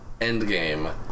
Endgame